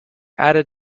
added